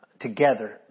together